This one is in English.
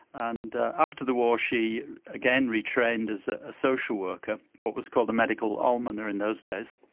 and after the war, she again re-trained as ah a social worker, what was called a medical almoner in those days,